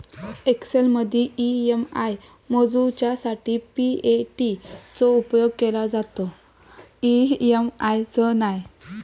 एक्सेलमदी ई.एम.आय मोजूच्यासाठी पी.ए.टी चो उपेग केलो जाता, ई.एम.आय चो नाय